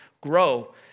grow